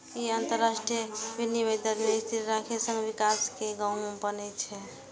ई अंतरराष्ट्रीय विनिमय दर कें स्थिर राखै के संग विकास कें सुगम बनबै छै